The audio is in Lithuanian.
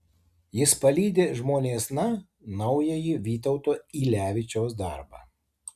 jis palydi žmonėsna naująjį vytauto ylevičiaus darbą